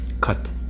cut